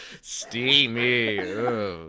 Steamy